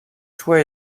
toit